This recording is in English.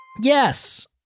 Yes